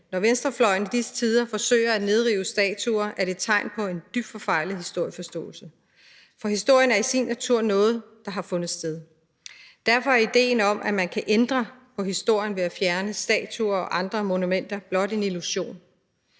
Når venstrefløjen i disse tider forsøger at nedrive statuer, er det et tegn på en dybt forfejlet historieforståelse, for historien er i sin natur noget, der har fundet sted. Derfor er idéen om, at man kan ændre på historien ved at fjerne statuer og andre monumenter, blot en illusion.